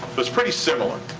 it's pretty similar.